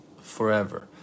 forever